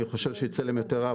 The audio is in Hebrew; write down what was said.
אני חושב שיצא להם יותר רגע,